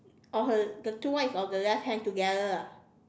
on her the two one is on the left hand together ah